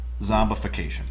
zombification